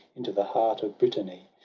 into the heart of brittany.